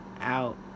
Out